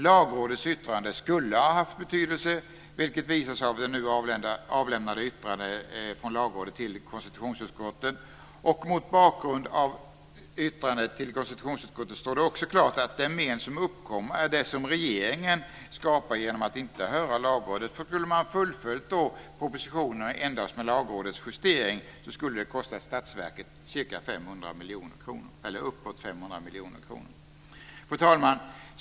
Lagrådets yttrande skulle ha haft betydelse, vilket visas av det nu avlämnande yttrandet från Lagrådet till konstitutionsutskottet. Mot bakgrund av yttrandet till konstitutionsutskottet står det också klart att det men som uppkommer är det som regeringen skapar genom att inte höra Lagrådet. Skulle man ha fullföljt propositionen endast med Lagrådets justering så skulle det ha kostat Statsverket uppåt 500 miljoner kronor. Fru talman!